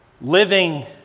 Living